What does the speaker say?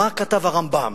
מה כתב הרמב"ם,